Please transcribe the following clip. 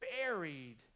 buried